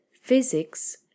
Physics